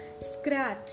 scratch